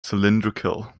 cylindrical